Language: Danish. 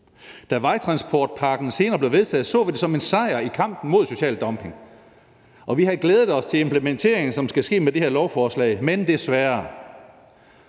da vejtransportpakken senere blev vedtaget, så vi det som en sejr i kampen mod social dumping, og vi havde glædet os til implementeringen, som skal ske med det her lovforslag, men desværre,